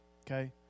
Okay